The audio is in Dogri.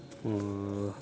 अं अ